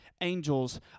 angels